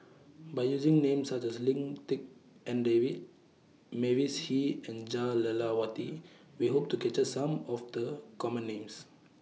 By using Names such as Lim Tik En David Mavis Hee and Jah Lelawati We Hope to capture Some of The Common Names